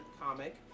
comic